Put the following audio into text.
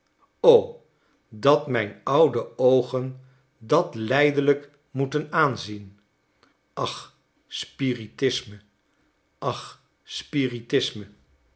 o dat mijn oude oogen dat lijdelijk moeten aanzien ach spiritisme ach spiritisme